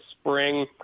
spring